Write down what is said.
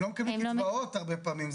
הם לא מקבלים קיצבאות הרבה פעמים.